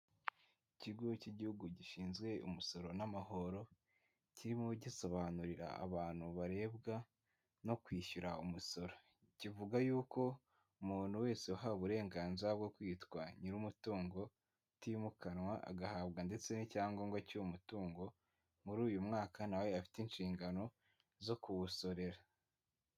ikigo cy'igihugu gishinzwe umusoro n'amahoro kirimo gisobanurira abantu barebwa no kwishyura umusoro .Kivuga yuko umuntu wese wahawe uburenganzira bwo kwitwa nyir umutungo utimukanwa ,agahabwa ndetse n'icyangombwa cy'uwo mutungo muri uyu mwaka nawe afite inshingano zo kuwusorera.